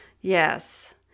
yes